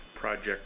project